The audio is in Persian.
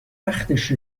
وقتش